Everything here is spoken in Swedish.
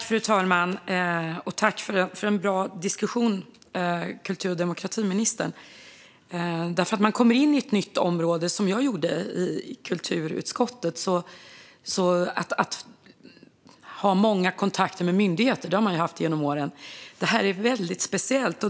Fru talman! Tack, kultur och demokratiministern, för en bra diskussion! Nu när jag har kommit in kulturutskottet har jag kommit in på ett nytt område. Jag har haft många kontakter med myndigheter genom åren; det här är väldigt speciellt.